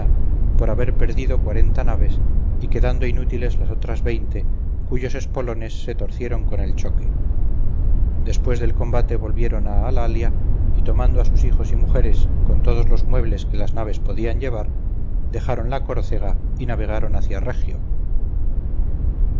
por haber perdido cuarenta naves y quedado inútiles las otras veinte cuyos espolones se torcieron con el choque después del combate volvieron a alalia y tomando a sus hijos y mujeres con todos los muebles que las naves podían llevar dejaron la córcega y navegaron hacia regio